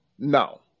No